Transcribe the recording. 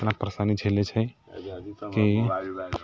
कितना परेशानी झेलैत छै की